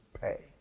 pay